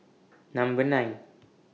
Number nine